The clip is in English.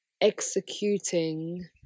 executing